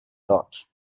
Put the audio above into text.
thought